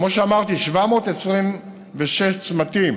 כמו שאמרתי, 726 צמתים